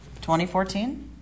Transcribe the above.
2014